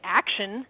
action